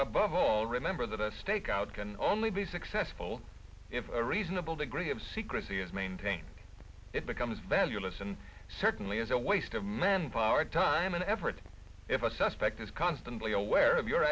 above all remember that a stakeout can only be successful if a reasonable degree of secrecy is maintained it becomes then you listen certainly is a waste of manpower time and effort if a suspect is constantly aware of your